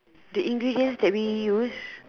the ingredients that we use